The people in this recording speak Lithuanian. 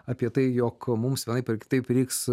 apie tai jog mums vienaip ar kitaip reiks